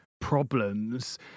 problems